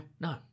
No